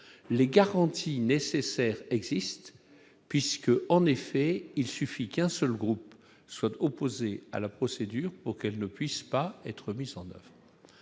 les garanties nécessaires existent puisque, en effet, il suffit qu'un seul groupe soit opposés à la procédure pour qu'elle ne puisse pas être mis en oeuvre,